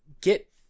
get